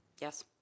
Yes